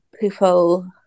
people